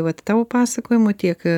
vat tavo pasakojimo tiek